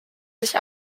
sich